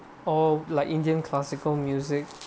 or like indian classical music